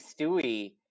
Stewie